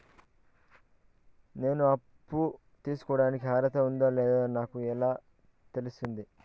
నేను అప్పు తీసుకోడానికి అర్హత ఉందో లేదో నాకు ఎలా తెలుస్తుంది?